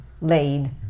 laid